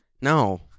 No